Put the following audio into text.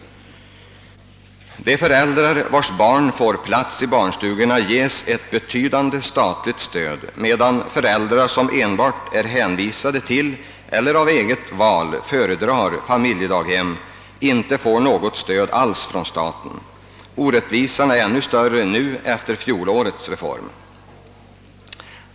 De föräldrar vilkas barn får plats i barnstugorna ges ett betydande statligt stöd, medan föräldrar som enbart är hänvisade till eller av eget val föredrar familjedaghem inte får mågot stöd alls från staten. Orättvisan är ännu större nu efter fjolårets reform.